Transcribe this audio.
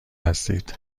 هستید